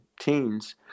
teens